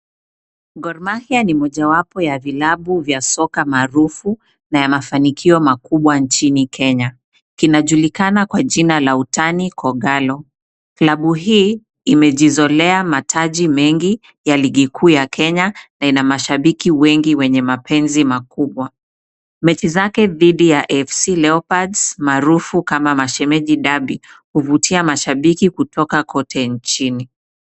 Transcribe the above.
Gor- mahia ni mojawapo ya vilabu vya soka maarufu, na ya mafanikio makubwa nchini Kenya. Kinajulikana kwa jina la utani Kogalo, klabu hii imejizolea mataji mengi, ya ligi kuu ya Kenya na inamashabiki wengi wenye mapenzi makubwa. Mechi zake dhidi ya FC Leopards maarufu kama Mashemedi Dabi huvutia mashabiki kutoka kote nchini.